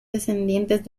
descendientes